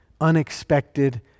Unexpected